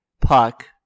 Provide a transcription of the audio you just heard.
puck